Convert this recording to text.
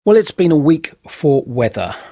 well, it's been a week for weather.